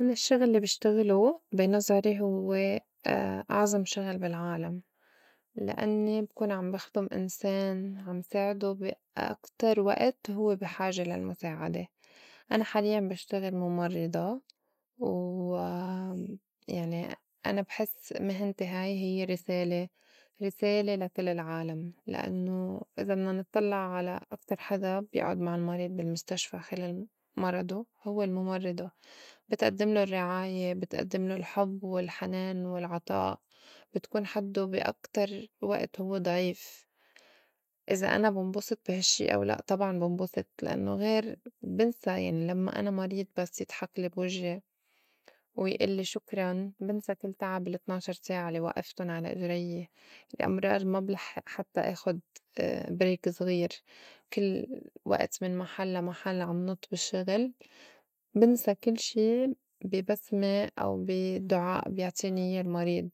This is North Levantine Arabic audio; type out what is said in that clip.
أنا الشّغل الّي بشتغلو بي نزري هوّ أعظم شغل بالعالم لأنّي بكون عم بخدُم إنسان عم ساعدو بي أكتر وئت هوّ بحاجة للمُساعدة، أنا حاليّاً بشتغل مُمرّضة و يعني أنا بحس مهنتي هاي هيّ رِسالة- رسالة لكل العالم لأنّو إذا بدنا نطلّع على أكتر حدا بيئعُد مع المريض بالمستشفى خلال مرضو هوّ المُمرّضة بتئدّملو الرّعاية، بتئدّملو الحُب والحنان والعطاء، بتكون حدّو بي أكتر وئت هوّ ضعيف. إذا أنا بنبسط بي هالشّي أو لأ طبعاً بنبسط لإنّو غير بنسى يعني لمّا أنا مريض بس يضحكلي بوجّي ويئلّي شكراً بِِنسى تعب الطناعشر ساعة الّي وئفتُن على إجريي أمرار ما بلحّئ حتّى آخُد break زغير كل وئت من محل لمحل عم نط بالشّغل، بنسى كل شي بي بسمة أو بي دُعاء بيعطيني إيّاه المريض.